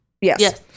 Yes